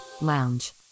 Lounge